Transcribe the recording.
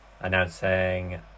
announcing